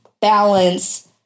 balance